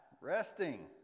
resting